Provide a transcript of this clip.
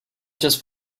just